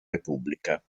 repubblica